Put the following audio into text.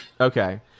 Okay